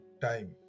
time